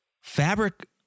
fabric